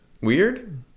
weird